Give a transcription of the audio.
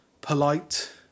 polite